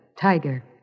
tiger